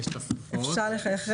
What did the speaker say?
יש תוספות.